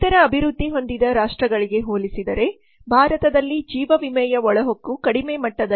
ಇತರ ಅಭಿವೃದ್ಧಿ ಹೊಂದಿದ ರಾಷ್ಟ್ರಗಳಿಗೆ ಹೋಲಿಸಿದರೆ ಭಾರತದಲ್ಲಿ ಜೀವ ವಿಮೆಯ ಒಳಹೊಕ್ಕು ಕಡಿಮೆ ಮಟ್ಟದಲ್ಲಿದೆ